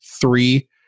three